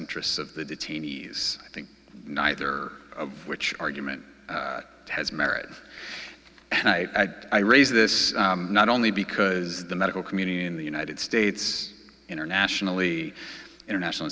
interests of the detainees i think neither of which argument has merit and i i raise this not only because the medical community in the united states internationally international